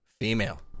female